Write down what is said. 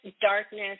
darkness